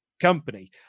Company